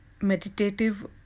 meditative